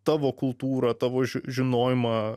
tavo kultūrą tavo žinojimą